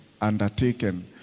undertaken